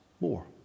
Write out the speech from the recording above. more